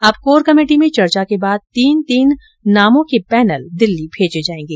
अब core committee में चर्चा के बाद तीन तीन नामों के पैनल दिल्ली भेजे जायेंगे